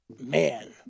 Man